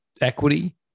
equity